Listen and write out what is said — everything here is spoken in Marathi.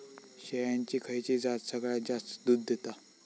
शेळ्यांची खयची जात सगळ्यात जास्त दूध देता?